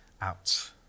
out